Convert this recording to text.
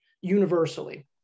universally